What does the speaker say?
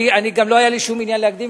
גם לא היה לי שום עניין להקדים,